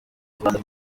rwanda